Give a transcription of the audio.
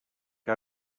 que